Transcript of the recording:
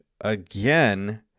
again